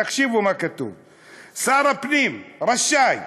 תקשיבו מה כתוב: שר הפנים רשאי,